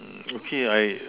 mm okay I err